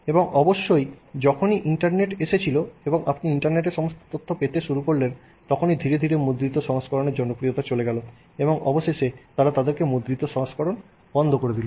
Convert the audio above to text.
এবং অবশ্যই যখনই ইন্টারনেট এসেছিলো এবং আপনি ইন্টারনেটে সমস্ত তথ্য পেতে শুরু করলেন তখনই ধীরে ধীরে মুদ্রিত সংস্করণে জনপ্রিয়তা চলে গেল এবং অবশেষে তারা তাদের মুদ্রিত সংস্করণ বন্ধ করে দিল